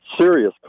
serious